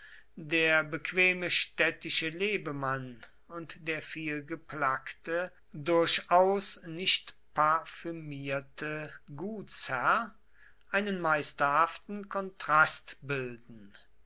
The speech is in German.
der bequeme städtische lebemann und der vielgeplackte durchaus nicht parfümierte gutsherr einen meisterhaften kontrast bilden